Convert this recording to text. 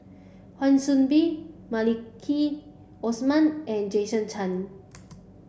Wan Soon Bee Maliki Osman and Jason Chan